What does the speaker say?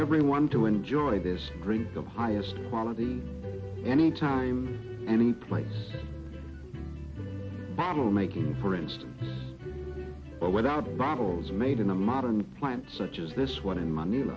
everyone to enjoy this drink the highest quality any time any place bottle making for instance without bottles made in a modern plant such as this one in